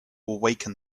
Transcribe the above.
awaken